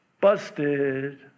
busted